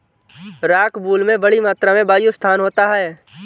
rockwool में बड़ी मात्रा में वायु स्थान होता है